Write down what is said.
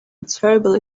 terribly